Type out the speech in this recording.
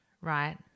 right